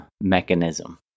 mechanism